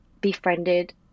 befriended